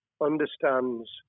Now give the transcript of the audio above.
understands